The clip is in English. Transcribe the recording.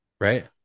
right